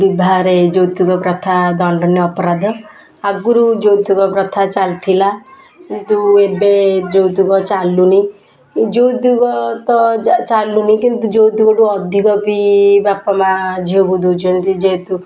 ବିବାହରେ ଯୌତୁକ ପ୍ରଥା ଦଣ୍ଡନୀୟ ଅପରାଧ ଆଗରୁ ଯୌତୁକ ପ୍ରଥା ଚାଲିଥିଲା କିନ୍ତୁ ଏବେ ଯୌତୁକ ଚାଲୁନି ଯୌତୁକ ତ ଚା ଚାଲୁନି କିନ୍ତୁ ଯୌତୁକଠୁ ଅଧିକ ବି ବାପମାଆ ଝିଅକୁ ଦେଉଛନ୍ତି ଯେହେତୁ